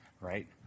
right